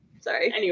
Sorry